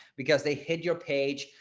because they hit your page,